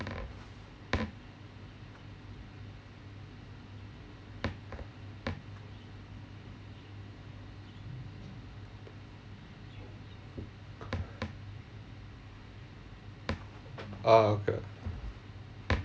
ah okay